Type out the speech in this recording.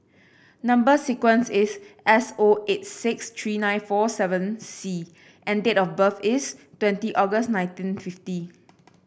number sequence is S O eight six three nine four seven C and date of birth is twenty August nineteen fifty